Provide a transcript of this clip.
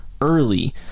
early